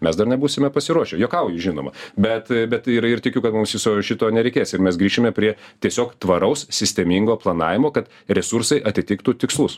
mes dar nebūsime pasiruošę juokauju žinoma bet bet yra ir tikiu kad mums viso šito nereikės ir mes grįšime prie tiesiog tvaraus sistemingo planavimo kad resursai atitiktų tikslus